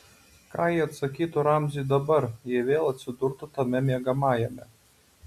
ką ji atsakytų ramziui dabar jei vėl atsidurtų tame miegamajame